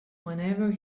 whenever